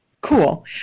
Cool